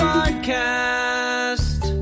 Podcast